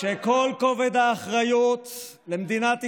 כשכל כובד האחריות למדינת ישראל,